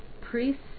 priests